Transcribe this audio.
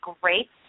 great